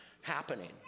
happening